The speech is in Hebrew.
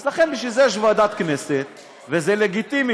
לכן, בשביל זה יש ועדת הכנסת, וזה לגיטימי.